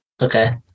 Okay